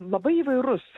labai įvairus